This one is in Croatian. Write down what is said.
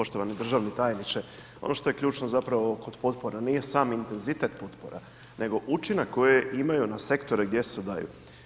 Poštovani državni tajniče, ono što je ključno zapravo kod potpora nije sam intenzitet potpora, nego učinak koje imaju na sektore gdje se daju.